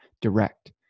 direct